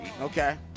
Okay